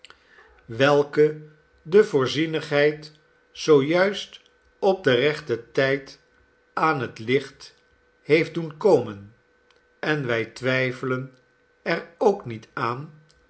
welke nelly de voorzienigheid zoo juist op den rechten tijd aan het licht heeft doen komen en wij twijfelen er ook niet aan